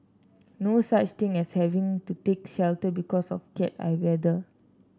no such thing as having to take shelter because of Cat I weather